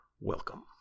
welcome